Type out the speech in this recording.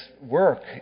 work